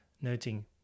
noting